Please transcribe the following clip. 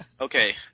Okay